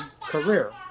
career